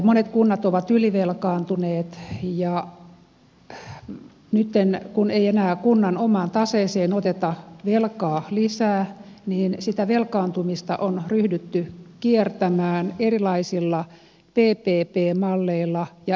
monet kunnat ovat ylivelkaantuneet ja nyt kun ei enää kunnan omaan taseeseen oteta velkaa lisää niin sitä velkaantumista on ryhdytty kiertämään erilaisilla ppp malleilla ja elinkaarimalleilla